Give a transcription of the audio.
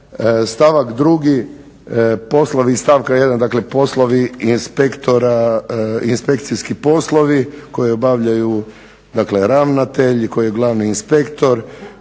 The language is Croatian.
stavak 2. poslovi iz stavka 1., dakle poslovi inspektora i inspekcijski poslovi koje obavljaju dakle ravnatelj koji je glavni inspektor,